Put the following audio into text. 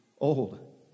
old